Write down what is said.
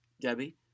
Debbie